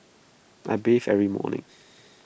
I bathe every morning